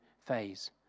phase